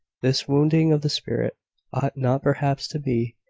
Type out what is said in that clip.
this wounding of the spirit ought not perhaps to be,